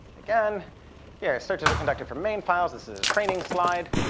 again here. searches are conducted for main files. this is a training slide.